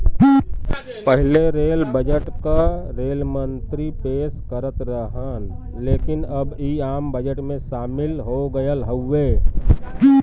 पहिले rail budget क rail मंत्री पेश करत रहन लेकिन अब इ आम बजट में शामिल हो गयल हउवे